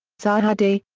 sarhaddi,